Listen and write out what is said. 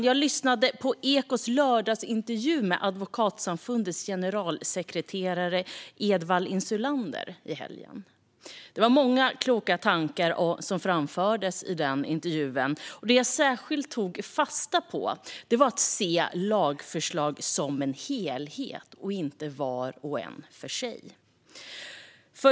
Jag lyssnade på Ekot s lördagsintervju med Advokatsamfundets generalsekreterare Edwall Insulander i helgen. Det var många kloka tankar som framfördes i intervjun, och det jag särskilt tog fasta på var att se lagförslag som en helhet, inte vart och ett för sig.